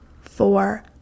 four